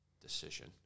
decision